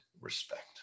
respect